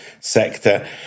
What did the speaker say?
sector